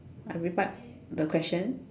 I replied the question